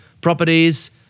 properties